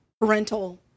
parental